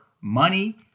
money